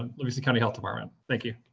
um louisa county health department. thank you.